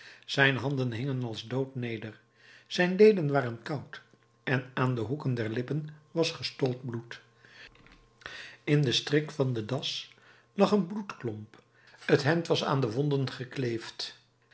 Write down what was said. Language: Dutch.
zijn handen hingen als dood neder zijn leden waren koud en aan de hoeken der lippen was gestold bloed in den strik van de das lag een bloedklomp het hemd was aan de wonden gekleefd